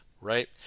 right